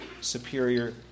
superior